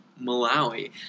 malawi